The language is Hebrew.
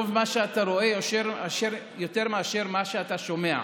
טוב מה שאתה רואה יותר מאשר מה שאתה שומע.